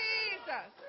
Jesus